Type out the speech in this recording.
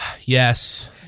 Yes